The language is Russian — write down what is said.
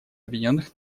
объединенных